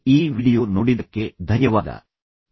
ಈ ವಿಡಿಯೋ ನೋಡಿದ ನಿಮಗೆ ತುಂಬಾ ಧನ್ಯವಾದಗಳು